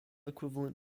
equivalent